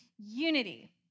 unity